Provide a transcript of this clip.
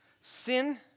Sin